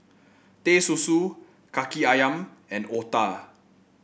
Teh Susu kaki ayam and otah